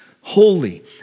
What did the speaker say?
holy